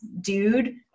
dude